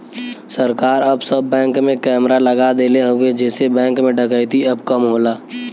सरकार अब सब बैंक में कैमरा लगा देले हउवे जेसे बैंक में डकैती अब कम होला